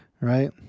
Right